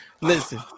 Listen